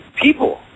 people